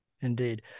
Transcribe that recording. Indeed